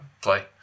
play